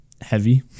heavy